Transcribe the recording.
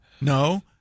No